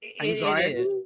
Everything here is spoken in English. anxiety